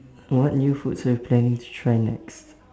what new foods are you planning to try next